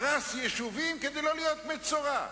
הרס יישובים, כדי שלא להיות מצורע.